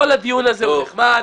כל הדיון הזה הוא נחמד,